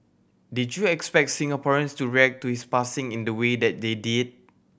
did you expect Singaporeans to react to his passing in the way that they did